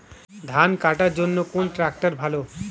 ধান কাটার জন্য কোন ট্রাক্টর ভালো?